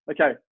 okay